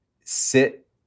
sit